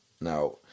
Now